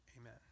Amen